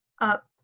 up